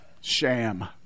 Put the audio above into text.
sham